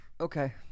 Okay